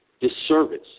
disservice